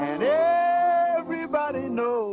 and everybody knows